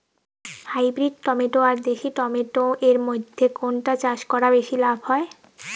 Hybrid tomato আর দেশি tomato এর মইধ্যে কোনটা চাষ করা বেশি লাভ হয়?